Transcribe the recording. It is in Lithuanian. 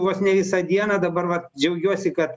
vos ne visą dieną dabar vat džiaugiuosi kad